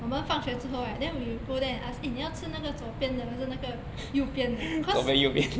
我们放学之后 right then we go there and ask eh 你要吃那个左边的还是那个右边的 cause